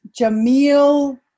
Jamil